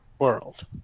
world